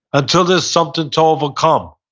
until there's something to overcome,